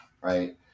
Right